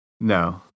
No